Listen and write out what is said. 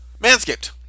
manscaped